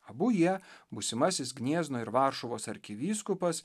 abu jie būsimasis gniezno ir varšuvos arkivyskupas